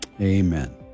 Amen